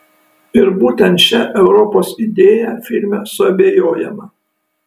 ir būtent šia europos idėja filme suabejojama